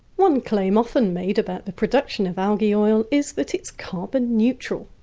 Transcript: one claim often made about the production of algae oil is that it's carbon neutral.